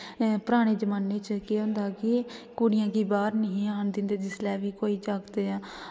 पराने जमान्ने च केह् होंदा कि कुड़ियें गी बाह्र निं हे आन दिंदे जिसलै बी कोई जागत् जां